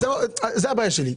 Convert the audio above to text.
זאת הבעיה שלי.